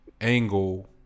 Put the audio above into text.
angle